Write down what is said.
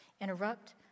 Interrupt